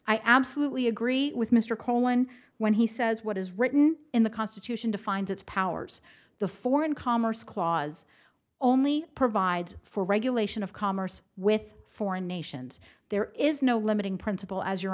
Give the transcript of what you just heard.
i absolutely agree with mr cohen when he says what is written in the constitution defines its powers the foreign commerce clause only provides for regulation of commerce with foreign nations there is no limiting principle as your